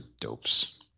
dopes